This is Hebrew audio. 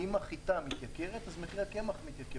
אם החיטה מתייקרת אז מחירי הקמח מתייקרים